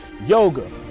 yoga